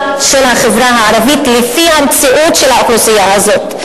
של החברה הערבית לפי המציאות של האוכלוסייה הזאת.